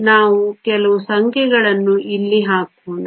ಆದ್ದರಿಂದ ನಾವು ಕೆಲವು ಸಂಖ್ಯೆಗಳನ್ನು ಇಲ್ಲಿ ಹಾಕೋಣ